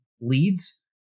leads